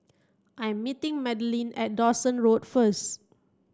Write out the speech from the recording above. I'm meeting Madeleine at Dawson Road first